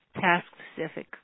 task-specific